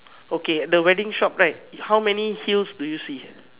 okay the wedding shop right how many heels do you see